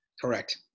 Correct